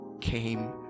came